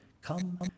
Come